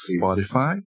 Spotify